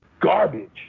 garbage